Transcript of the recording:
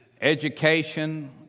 education